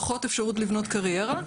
פחות אפשרות לבנות קריירה,